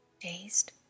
Dazed